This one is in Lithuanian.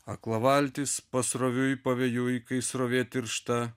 akla valtis pasroviui pavėjui kai srovė tiršta